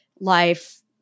life